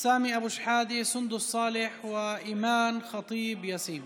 סמי אבו שחאדה, סונדוס סאלח ואימאן ח'טיב יאסין.